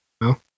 No